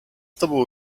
tobą